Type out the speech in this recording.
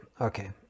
okay